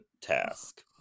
task